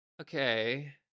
okay